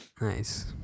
nice